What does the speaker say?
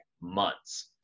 months